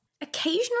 Occasionally